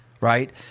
Right